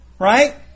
Right